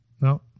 no